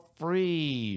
free